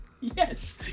Yes